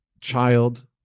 child